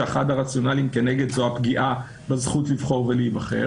שאחד הרציונליים כנגד זו הפגיעה בזכות לבחור ולהיבחר